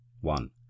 one